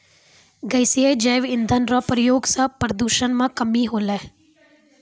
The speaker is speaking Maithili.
गैसीय जैव इंधन रो प्रयोग से प्रदूषण मे कमी होलै